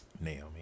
Naomi